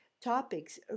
Topics